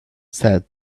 said